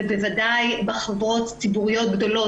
ובוודאי בחברות ציבוריות גדולות,